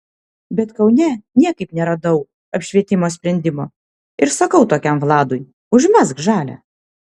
bet kaune niekaip neradau apšvietimo sprendimo ir sakau tokiam vladui užmesk žalią